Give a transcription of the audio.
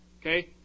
okay